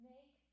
Make